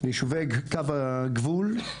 יישובי קו הגבול,